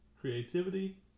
creativity